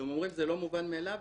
אתם אומרים שזה לא מובן מאליו,